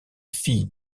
fille